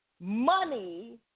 money